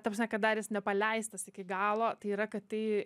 ta prasme kad dar jis nepaleistas iki galo tai yra kad tai